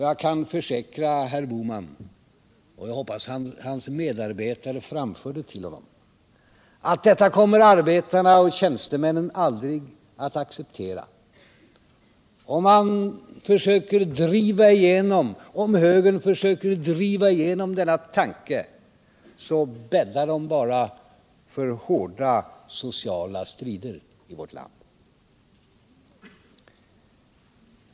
Jag kan försäkra herr Bohman — och jag hoppas att hans medarbetare framför det till honom — att detta kommer arbetarna och tjänstemännen aldrig att acceptera. Om högern försöker driva igenom denna tanke, så bäddar ni bara för hårda sociala strider i vårt land.